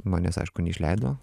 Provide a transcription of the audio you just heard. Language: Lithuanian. manęs aišku neišleido